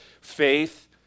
faith